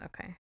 Okay